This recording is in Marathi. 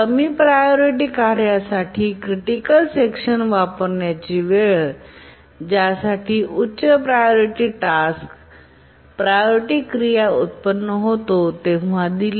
कमी प्रायोरिटी कार्यासाठी क्रिटिकल सेक्शन वापरण्याची वेळ ज्यासाठी उच्च प्रायोरिटी टास्क प्रायोरिटी क्रिया उत्पन्न होतो तेव्हा दिले